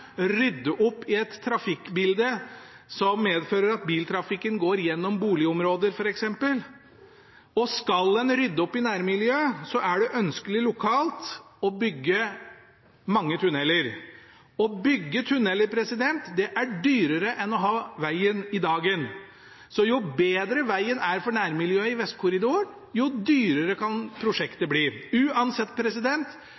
rydde opp i nærmiljøet, rydde opp i et trafikkbilde som medfører at biltrafikken går gjennom boligområder f.eks. Skal en rydde opp i nærmiljø, er det ønskelig lokalt å bygge mange tunneler. Å bygge tunneler er dyrere enn å ha vegen i dagen. Så jo bedre vegen er for nærmiljøet i Vestkorridoren, jo dyrere kan prosjektet bli. Uansett